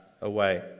away